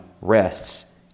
rests